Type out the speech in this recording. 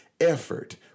effort